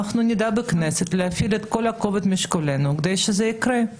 אנחנו נדאג בכנסת להפעיל את כל כובד משקלנו כדי שזה יקרה.